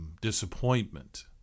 disappointment